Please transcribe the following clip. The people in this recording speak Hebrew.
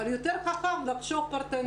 אבל יותר חכם לחשוב פרטנית.